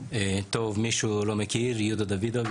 מי שלא מכיר יהודה דוידוב,